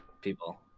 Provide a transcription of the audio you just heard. People